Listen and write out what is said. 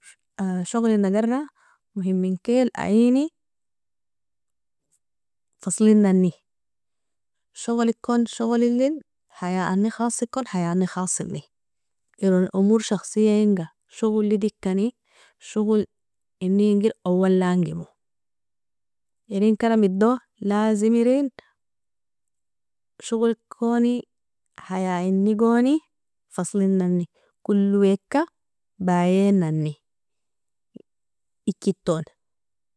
Shoglin agara mohiminkil aini faslinnani, shoglikon shoglilin, hayaani khasikon hayaani khasilin, eron امور شخصية inga shogla idikani, shoglini ingir owalaangimo, inin karamido لازم irin shoglkoni hayaini goni faslinnani. Koloweka bayenani, ichilton.